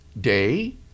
day